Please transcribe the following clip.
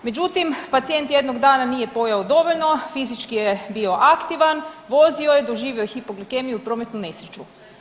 Međutim, pacijent jednog dana nije pojeo dovoljno, fizički je bio aktivan, vozio je, doživio je hipoglikemiju i prometnu nesreću.